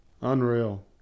Unreal